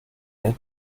who